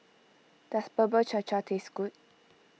does Bubur Cha Cha taste good